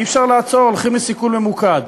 אי-אפשר לעצור, הולכים לסיכול ממוקד.